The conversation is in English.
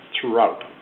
throughout